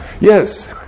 Yes